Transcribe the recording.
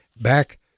back